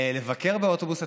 לבקר באוטובוס,